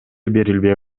берилбей